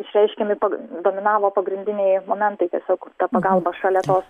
išreiškiami pag dominavo pagrindiniai momentai tiesiog ta pagalba šalia to